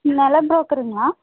நில ப்ரோக்கருங்களா